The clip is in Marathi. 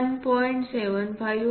75 आहे